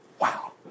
Wow